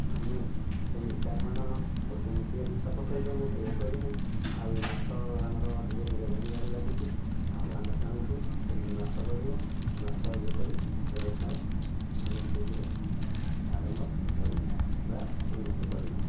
ଆମେ ସେ ମିଥ୍ୟା ଖଣ୍ଡନ କରୁଛନ୍ତି କିଏ ବିଷ ପକେଇଦମୁ କିଏ ୟେ କରିମୁ ଆଉ ମାଛ ଆମର ଧୀରେ ଧୀରେ ବଢ଼ିବାରେ ଲାଗିଛି ଆଉ ଆମେ ଚାହୁଁଛୁ କେମିତି ମାଛ ବଢ଼ିବ ମାଛ ୟେ କରି ବ୍ୟବସାୟ ଆମେ ଠିକରେ ଆରମ୍ଭ କରିବୁ ବା ଉନ୍ନତି କରିବୁ